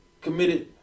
committed